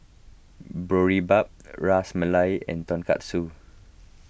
Boribap Ras Malai and Tonkatsu